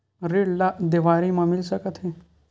ऋण ला देवारी मा मिल सकत हे